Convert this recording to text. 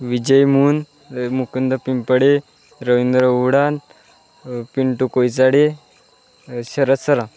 विजय मुन मुकंद पिंपडे रविंद्र उडान पिंटू कोयचाडे शरद सरा